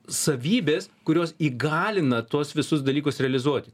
savybės kurios įgalina tuos visus dalykus realizuoti